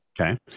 okay